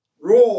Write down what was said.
raw